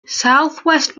southwest